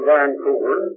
Vancouver